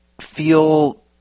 feel